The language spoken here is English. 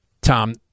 Tom